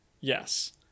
Yes